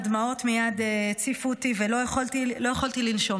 הדמעות מייד הציפו אותי ולא יכולתי לנשום,